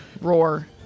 roar